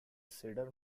cedar